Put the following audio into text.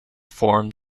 formed